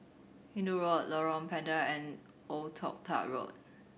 Hindoo Road Lorong Pendek and Old Toh Tuck Road